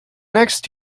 next